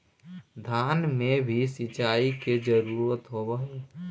धान मे भी सिंचाई के जरूरत होब्हय?